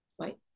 Right